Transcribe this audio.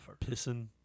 Pissing